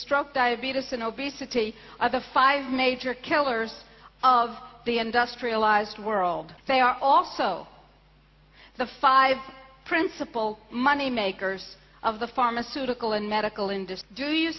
stroke diabetes and obesity are the five major killers of the industrialized world they are also the five principal money makers of the pharmaceutical and medical